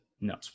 No